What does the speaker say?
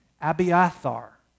Abiathar